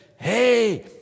Hey